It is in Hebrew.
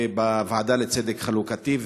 בוועדה לצדק חלוקתי.